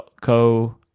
Co